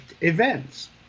events